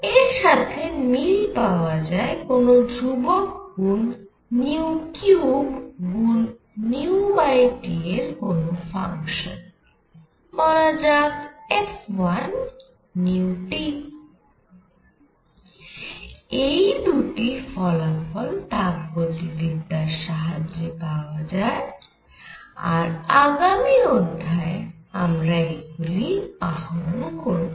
এর সাথে মিল পাওয়া যায় কোন ধ্রুবক গুন 3 গুন T এর কোন ফাংশান বলা যাক f1 এই দুটি ফলাফল তাপগতিবিদ্যার সাহায্যে পাওয়া যায় আর আগামী অধ্যায়ে আমরা এগুলি আহরণ করব